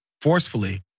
forcefully